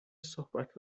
صحبت